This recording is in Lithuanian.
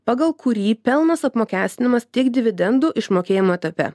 pagal kurį pelnas apmokestinamas tik dividendų išmokėjimo etape